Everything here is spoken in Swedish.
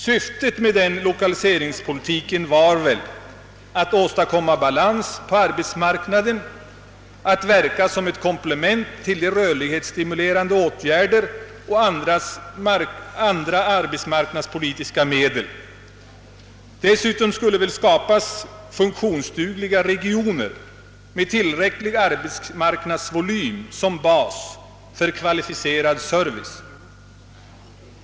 Syftet med lokaliseringspolitiken var väl bl.a. att åstad komma balans på arbetsmarknaden och få ett komplement till rörlighetsstimulerande åtgärder och andra arbetsmarknadspolitiska medel. Dessutom skulle det skapas funktionsdugliga regioner med tillräcklig arbetsmarknadsvolym som bas för kvalificerad service.